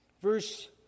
Verse